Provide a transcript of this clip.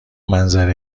منظره